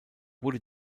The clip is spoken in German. wurde